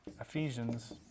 Ephesians